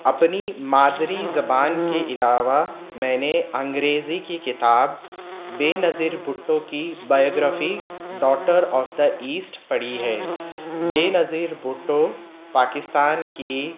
اپنی مادری زبان کے علاوہ میں نے انگریزی کی کتاب بے نظیر بھٹو کی biography daughter of the east پڑھی ہے بے نظیر بھٹو پاکستان کی